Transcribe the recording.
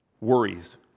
worries